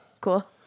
Cool